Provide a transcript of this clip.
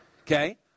Okay